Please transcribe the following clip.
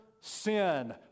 sin